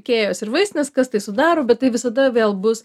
ikėjos ir vaistinės kas tai sudaro bet tai visada vėl bus